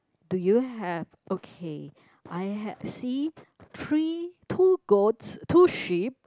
do you have okay I had see three two goats two sheep